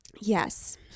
yes